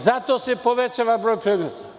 Zato se povećava broj predmeta.